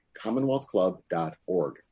CommonwealthClub.org